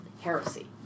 heresy